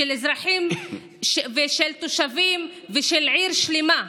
של אזרחים ושל תושבים ושל עיר שלמה.